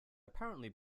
apparently